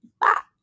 back